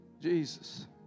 Jesus